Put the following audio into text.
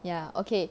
ya okay